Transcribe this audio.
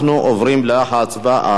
אנחנו עוברים להצבעה.